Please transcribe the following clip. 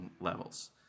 levels